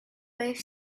both